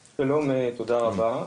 שלום, תודה רבה.